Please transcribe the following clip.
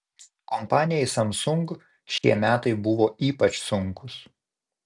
kompanijai samsung šie metai buvo ypač sunkūs